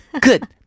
good